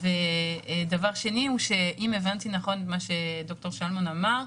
דבר שני, אם הבנתי נכון את מה שד"ר שלמון אמר,